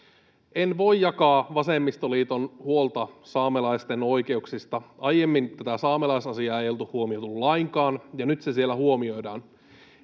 En voi jakaa vasemmistoliiton huolta saamelaisten oikeuksista. Aiemmin tätä saamelaisasiaa ei oltu huomioitu lainkaan, ja nyt se siellä huomioidaan.